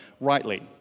rightly